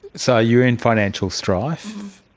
so you're in financial strife,